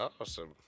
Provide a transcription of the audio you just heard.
Awesome